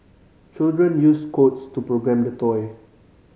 children used codes to program the toy